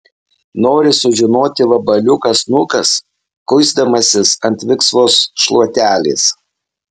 nori sužinoti vabaliukas nukas kuisdamasis ant viksvos šluotelės